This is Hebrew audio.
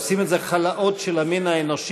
עושים את זה חלאות של המין האנושי,